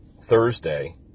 Thursday